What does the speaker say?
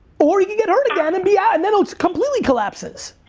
or he could get hurt again and be out, and then it completely collapses.